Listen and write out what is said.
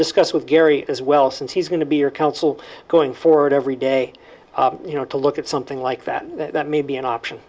discuss with gary as well since he's going to be your counsel going forward every day you know to look at something like that that may be an option